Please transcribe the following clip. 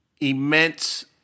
immense